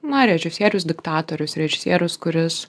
na režisierius diktatorius režisierius kuris